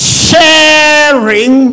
sharing